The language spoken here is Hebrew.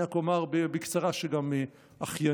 אני רק אומר בקצרה שגם אחייני,